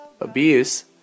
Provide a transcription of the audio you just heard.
abuse